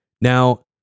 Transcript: Now